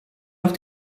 auf